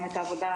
גם את העבודה